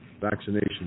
vaccination